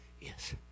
yes